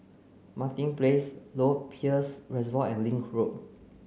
Martin Place Lower Peirce Reservoir and Link Road